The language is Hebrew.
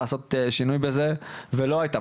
לעשות איזה שהוא שינוי בזה ולא הייתה